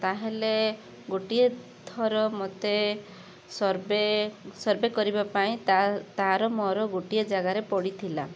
ତା'ହେଲେ ଗୋଟିଏ ଥର ମୋତେ ସର୍ଭେ ସର୍ଭେ କରିବା ପାଇଁ ତା' ତା'ର ମୋର ଗୋଟିଏ ଜାଗାରେ ପଡ଼ିଥିଲା